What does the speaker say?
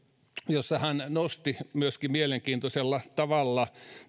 jossa hän nosti myöskin mielenkiintoisella tavalla